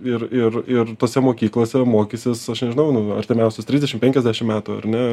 ir ir ir tose mokyklose mokysis aš nežinau nu artimiausius trisdešim penkiasdešim metų ar ne